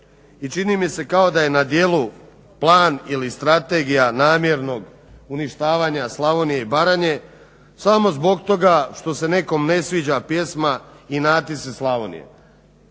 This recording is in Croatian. i čini mi se kao da je na djelu plan ili strategija namjernog uništavanja Slavonije i Baranje samo zbog toga što se nekom ne sviđa pjesma "Inati se Slavonijo".